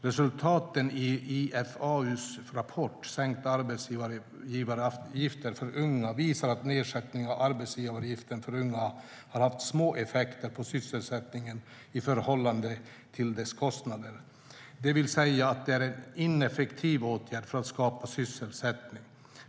Resultaten i IFAU:s rapport Sänkta arbetsgivaravgifter för unga visar att nedsättningen av arbetsgivaravgifterna för unga har haft små effekter på sysselsättningen i förhållande till dess kostnad, det vill säga att det är en ineffektiv åtgärd för att skapa sysselsättning.